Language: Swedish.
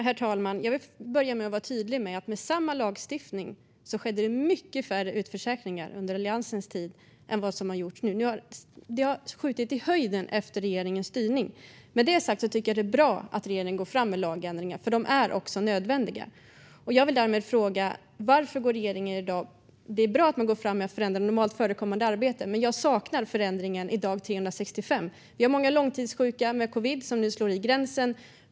Herr talman! Jag vill börja med att vara tydlig med att med samma lagstiftning skedde det mycket färre utförsäkringar under Alliansens tid än vad som har skett nu. De har skjutit i höjden efter regeringens styrning. Med det sagt tycker jag att det är bra att regeringen går fram med lagändringar, för de är nödvändiga. Det är bra att man går fram med att förändra när det gäller normalt förekommande arbete, men jag saknar förändringen gällande dag 365. Vi har många långtidssjuka med covid som nu slår i gränsen.